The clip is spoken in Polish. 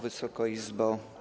Wysoka Izbo!